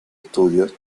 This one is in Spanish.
estudio